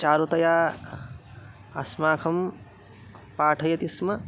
चारुतया अस्माकं पाठयति स्म